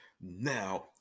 Now